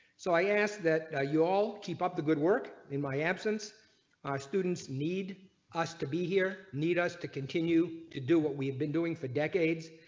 so i asked that you all keep up the good work in my absence ah students need us to be here need us to continue to do what we've been doing for decades.